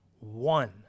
one